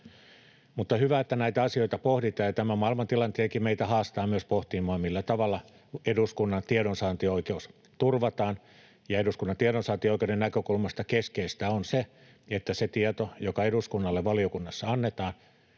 Mutta hyvä, että näitä asioita pohditaan, ja tämä maailmantilannekin meitä haastaa myös pohtimaan, millä tavalla eduskunnan tiedonsaantioikeus turvataan. Ja eduskunnan tiedonsaantioikeuden näkökulmasta keskeistä on se, että se tieto, joka eduskunnalle valiokunnassa annetaan,